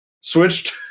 switched